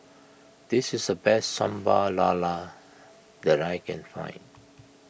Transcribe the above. this is the best Sambal Lala that I can find